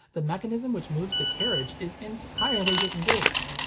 the mechanism which moves the carriage is entirely disengaged.